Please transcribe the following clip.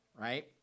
right